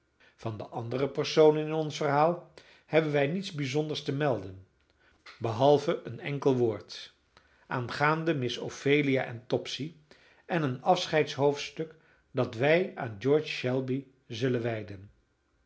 van de andere personen in ons verhaal hebben wij niets bijzonders te melden behalve een enkel woord aangaande miss ophelia en topsy en een afscheids hoofdstuk dat wij aan george shelby zullen wijden